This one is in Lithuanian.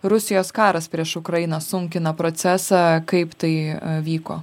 rusijos karas prieš ukrainą sunkina procesą kaip tai vyko